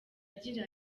agira